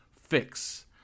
Fix